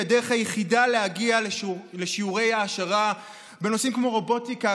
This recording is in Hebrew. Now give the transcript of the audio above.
הדרך היחידה להגיע לשיעורי העשרה בנושאים כמו רובוטיקה,